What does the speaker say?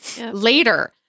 Later